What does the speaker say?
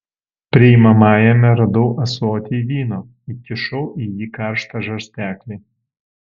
priimamajame radau ąsotį vyno įkišau į jį karštą žarsteklį